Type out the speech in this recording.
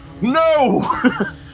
No